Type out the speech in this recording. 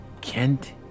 Kent